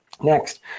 Next